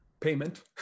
Payment